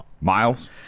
Miles